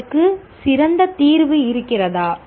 இதற்கு சிறந்த தீர்வு இருக்கிறதா